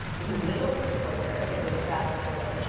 in the middle of the courtyard of this vavasor,